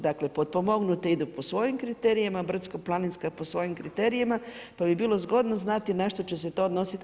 Dakle potpomognute idu po svojim kriterijima, brdsko-planinska po svojim kriterijima pa bi bilo zgodno znati na što će se to odnosit.